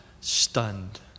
stunned